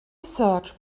search